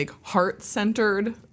heart-centered